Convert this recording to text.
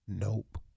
Nope